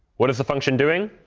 what is the function doing?